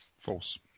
False